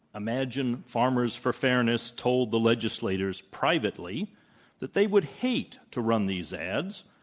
imagine farmers for fairness told the legislators privately that they would hate to run these ads,